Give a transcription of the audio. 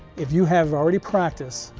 if you have already practiced,